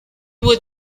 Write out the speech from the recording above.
would